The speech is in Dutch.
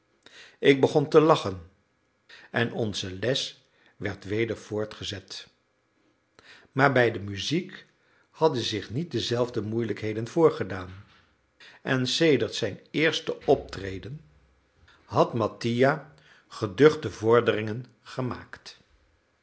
ik begon te lachen en onze les werd weder voortgezet maar bij de muziek hadden zich niet dezelfde moeilijkheden voorgedaan en sedert zijn eerste optreden had mattia geduchte vorderingen gemaakt